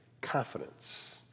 Confidence